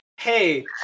Hey